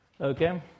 Okay